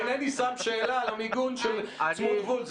אינני שם שאלה על המיגון של צמוד גבול.